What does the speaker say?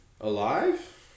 alive